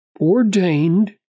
ordained